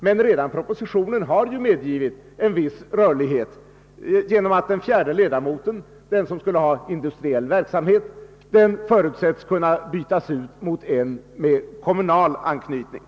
Men redan propositionens förslag medger en viss rörlighet genom att den fjärde ledamoten, den som skall ha erfarenhet av industriell verksamhet, förutsätts kunna bytas ut mot en person med kommunal anknytning.